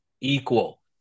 equal